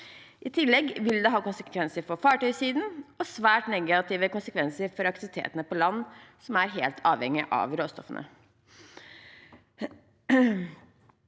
I tillegg vil det ha konsekvenser for fartøysiden og svært negative konsekvenser for aktivitetene på land, som er helt avhengig av råstoffene.